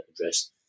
address